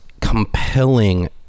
compelling